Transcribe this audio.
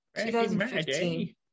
2015